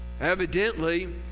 Evidently